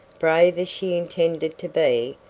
brave as she intended to be,